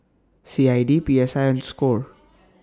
C I D P S I and SCORE